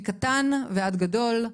מקטן ועד גדול,